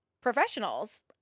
professionals